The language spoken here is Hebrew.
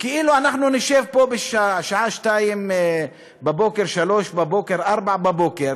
כאילו אנחנו נשב פה בשעה 02:00, 03:00, 04:00,